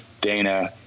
Dana